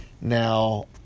now